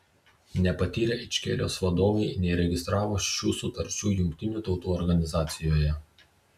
nepatyrę ičkerijos vadovai neįregistravo šių sutarčių jungtinių tautų organizacijoje